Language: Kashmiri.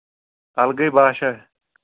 اَلگٔے باسیٛا